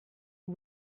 you